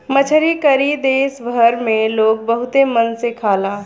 मछरी करी देश भर में लोग बहुते मन से खाला